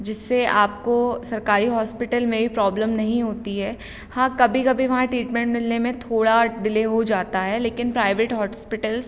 जिससे आपको सरकारी हॉस्पिटल में भी प्रॉब्लम नहीं होती है हाँ कभी कभी वहाँ टीटमेंट मिलने में थोड़ा डिले हो जाता है लेकिन प्राइवेट हॉटस्पिटल्ज़